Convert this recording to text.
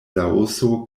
laoso